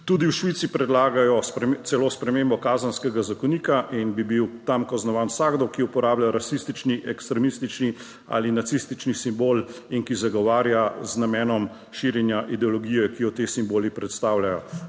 Tudi v Švici predlagajo celo spremembo Kazenskega zakonika in bi bil tam kaznovan vsakdo, ki uporablja rasistični, ekstremistični ali nacistični simbol in ki zagovarja z namenom širjenja ideologije, ki jo ti simboli predstavljajo.